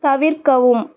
தவிர்க்கவும்